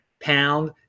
Pound